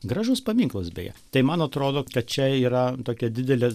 gražus paminklas beje tai man atrodo kad čia yra tokia didelė